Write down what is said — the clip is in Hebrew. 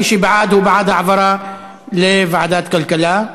מי שבעד הוא בעד העברה לוועדת כלכלה,